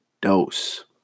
dose